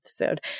episode